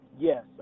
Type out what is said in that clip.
Yes